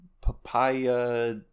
papaya